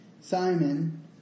Simon